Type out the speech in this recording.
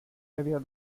heavier